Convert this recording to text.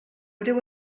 breu